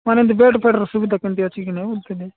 ମାନେ ଏମ୍ତି ବେଡ୍ ଫେଡ୍ର ସୁବିଧା କେମିତି ଅଛି କି ନାହିଁ ବୁଝୁଥିଲି